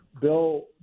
Bill